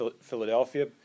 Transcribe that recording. Philadelphia